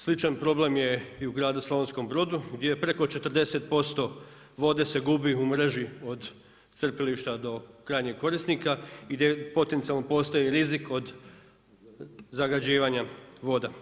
Sličan problem je i u gradu Slavonskom Brodu gdje preko 40% vode se gubi u mreži od crpilišta do krajnjeg korisnika i gdje potencijalno postoji rizik od zagađivanja voda.